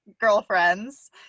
girlfriends